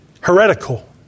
heretical